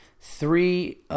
Three